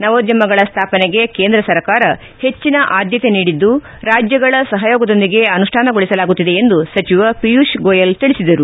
ನವೋದ್ಯಮಗಳ ಸ್ಥಾಪನೆಗೆ ಕೇಂದ್ರ ಸರ್ಕಾರ ಹೆಚ್ಚಿನ ಆದ್ದತೆ ನೀಡಿದ್ದು ರಾಜ್ಯಗಳ ಸಹಯೋಗದೊಂದಿಗೆ ಅನುಷ್ಠಾನಗೊಳಿಸಲಾಗುತ್ತಿದೆ ಎಂದು ಸಚಿವ ಪಿಯೂಶ್ ಗೋಯಲ್ ತಿಳಿಸಿದರು